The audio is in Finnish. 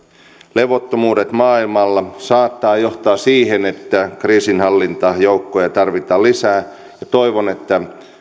levottomuudet maailmalla saattavat johtaa siihen että kriisinhallintajoukkoja tarvitaan lisää ja toivon että